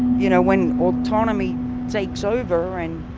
you know, when autonomy takes over and